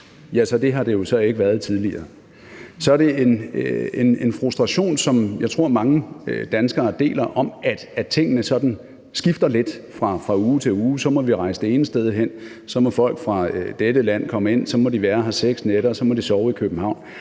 – det har det jo så ikke været tidligere; så er det på grund af en frustration, som jeg tror mange danskere deler, over, at tingene sådan skifter lidt fra uge til uge – så må vi rejse det ene sted hen, så må folk fra dette land komme ind, så må de være her seks nætter, så må de sove i København.